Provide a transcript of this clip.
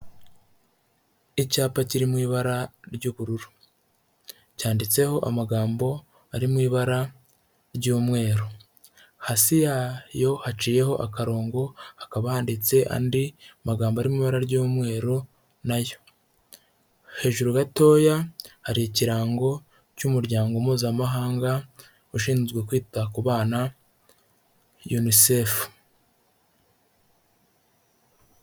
Icyapa kiri mu ibara ry'ubururu, cyanditseho amagambo ari mu ibara ry'umweru, hasi yayo haciyeho akarongo, hakaba handitse andi magambo ari mu ibara ry'umweru na yo, hejuru gatoya hari ikirango cy'umuryango mpuzamahanga ushinzwe kwita ku bana UNICEF.